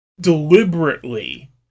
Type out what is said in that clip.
deliberately